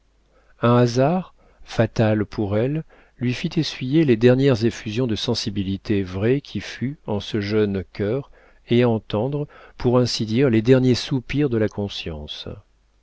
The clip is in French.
un hasard fatal pour elle lui fit essuyer les dernières effusions de sensibilité vraie qui fût en ce jeune cœur et entendre pour ainsi dire les derniers soupirs de la conscience